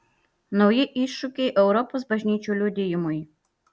nauji iššūkiai europos bažnyčių liudijimui